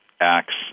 acts